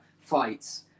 fights